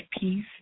peace